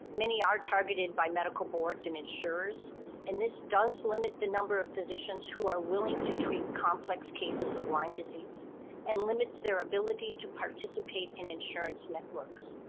many are targeted by medical boards and insurers and this does limit the number of physicians who are willing to treat complex cases of lyme disease and limits their ability to participate in insurance networks.